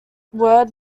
word